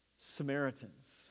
Samaritans